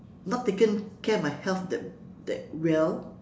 not taken care of my health that that well